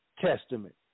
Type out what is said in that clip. Testament